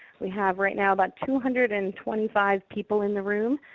we have right now about two hundred and twenty five people in the room,